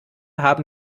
haben